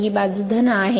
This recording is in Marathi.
ही बाजू आहे